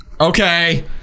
Okay